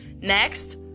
Next